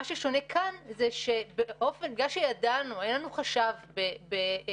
מה ששונה כאן זה שבגלל שידענו היה לנו חשב בצה"ל,